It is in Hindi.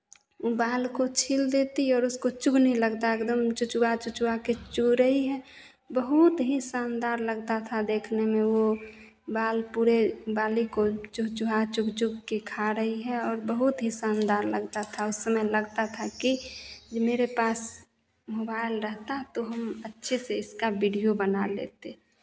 वो बाल को छील देती है और उसको चुगने लगता है एगदम चुचुआ चुचुआ के चुग रही है बहुत ही शानदार लगता था देखने में वो बाल पूरे बालि को चुहचुहा चुग चुग के खा रही है और बहुत ही शानदार लगता था उस समय लगता था कि जो मेरे पास मोबाइल रहता तो हम अच्छे से इसका वीडिओ बना लेते